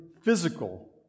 physical